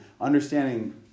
understanding